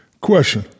Question